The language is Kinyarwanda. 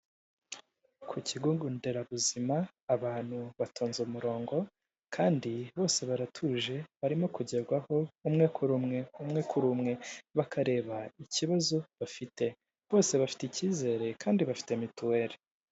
Ku kigo nderabuzima abantu batonze umurongo kandi bose baratuje barimo kugerwaho umwe kuri umwe umwe kuri umwe bakareba ikibazo bafite bose bafite ikizere kandi bafite mituweli.